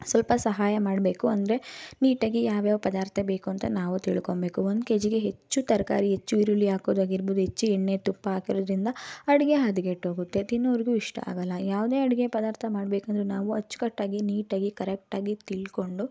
ಸ್ವಲ್ಪ ಸಹಾಯ ಮಾಡಬೇಕು ಅಂದರೆ ನೀಟಾಗಿ ಯಾವ್ಯಾವ ಪದಾರ್ಥ ಬೇಕು ಅಂತ ನಾವು ತಿಳ್ಕೊಳ್ಬೇಕು ಒಂದು ಕೆಜಿಗೆ ಹೆಚ್ಚು ತರಕಾರಿ ಹೆಚ್ಚು ಈರುಳ್ಳಿ ಹಾಕೋದು ಆಗಿರ್ಬೋದು ಹೆಚ್ಚು ಎಣ್ಣೆ ತುಪ್ಪ ಹಾಕಿರೋದ್ರಿಂದ ಅಡುಗೆ ಹದ್ಗೆಟ್ಟು ಹೋಗುತ್ತೆ ತಿನ್ನೋರಿಗೂ ಇಷ್ಟ ಆಗೋಲ್ಲ ಯಾವುದೇ ಅಡುಗೆ ಪದಾರ್ಥ ಮಾಡಬೇಕಂದ್ರು ನಾವು ಅಚ್ಚುಕಟ್ಟಾಗಿ ನೀಟಾಗಿ ಕರೆಕ್ಟಾಗಿ ತಿಳ್ಕೊಂಡು